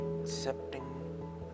accepting